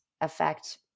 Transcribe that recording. affect